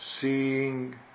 seeing